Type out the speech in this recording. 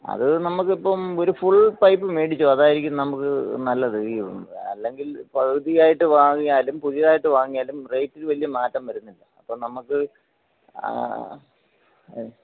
അത് നമുക്കിപ്പം ഒരു ഫുൾ പൈപ്പ് മേടിച്ചോ അതായിരിക്കും നമുക്ക് നല്ലത് ഈ അല്ലെങ്കിൽ പകുതിയായിട്ട് വാങ്ങിയാലും പുതിയതായിട്ട് വാങ്ങിയാലും റേറ്റിൽ വലിയ മാറ്റം വരുന്നില്ല അപ്പം നമുക്ക്